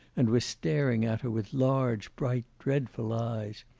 and was staring at her with large, bright, dreadful eyes.